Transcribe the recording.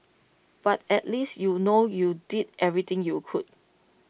but at least you'll know you did everything you could